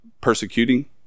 persecuting